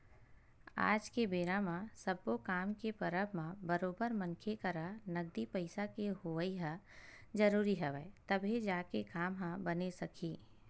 आज के बेरा म सब्बो काम के परब म बरोबर मनखे करा नगदी पइसा के होवई ह जरुरी हवय तभे जाके काम ह बने सकही